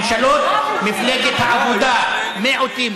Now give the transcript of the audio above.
לא "מיעוט".